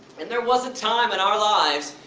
and there was a time in our lives,